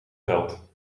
geld